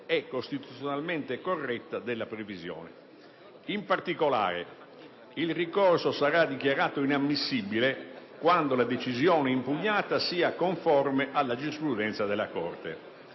e costituzionalmente corretta della previsione. In particolare, il ricorso sarà dichiarato inammissibile quando la decisione impugnata sia conforme alla giurisprudenza della Corte,